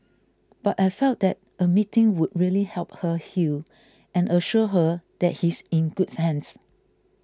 but I felt that a meeting would really help her heal and assure her that he's in good hands